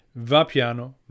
Vapiano